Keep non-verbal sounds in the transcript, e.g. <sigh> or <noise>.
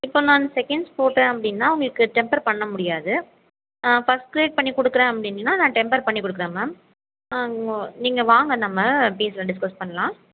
இப்போ நான் செகண்ட்ஸ் போட்டேன் அப்படின்னா உங்களுக்கு டெம்ப்பர் பண்ண முடியாது ஃபஸ்ட் க்ரேட் பண்ணி கொடுக்குறேன் அப்படின்னா நான் டெம்ப்பர் பண்ணி கொடுக்குறேன் மேம் நீங்கள் வாங்க நம்ம <unintelligible> டிஸ்கஸ் பண்ணலாம்